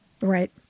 Right